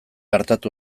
artatu